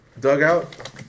Dugout